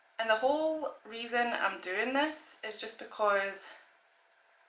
and the whole reason i'm doing this, is just because